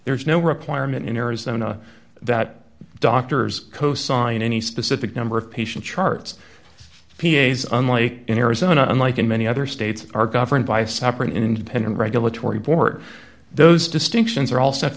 there is no requirement in arizona that doctors cosign any specific number of patients charts p s unlike in arizona unlike in many other states are governed by separate independent regulatory board those distinctions are all set